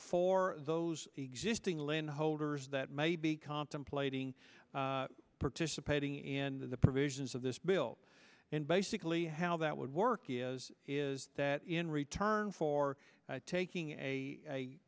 for those existing land holders that may be contemplating participating in the provisions of this bill and basically how that would work is is that in return for taking a